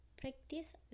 Practice